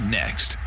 next